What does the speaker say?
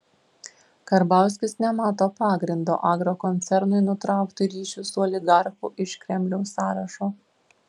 karbauskis nemato pagrindo agrokoncernui nutraukti ryšius su oligarchu iš kremliaus sąrašo